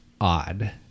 odd